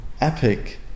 Epic